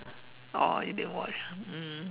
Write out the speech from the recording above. oh you didn't watch ah mm